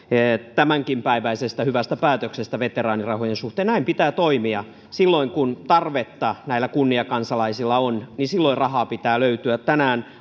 tämänpäiväisestäkin hyvästä päätöksestä veteraanirahojen suhteen näin pitää toimia silloin kun tarvetta näillä kunniakansalaisilla on niin silloin rahaa pitää löytyä tänään